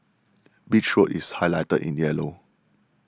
Beach Road is highlighted in yellow